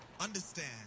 understand